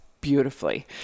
beautifully